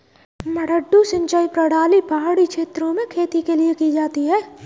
मडडू सिंचाई प्रणाली पहाड़ी क्षेत्र में खेती के लिए की जाती है